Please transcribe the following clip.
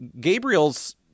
Gabriel's